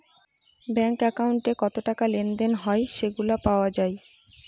bank একাউন্টে কত টাকা লেনদেন হয় সেগুলা পাওয়া যায়